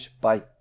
Bye